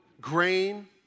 grain